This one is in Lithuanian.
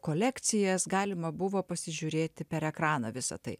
kolekcijas galima buvo pasižiūrėti per ekraną visa tai